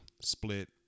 split